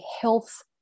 health